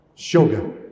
sugar